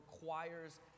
requires